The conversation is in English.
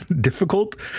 difficult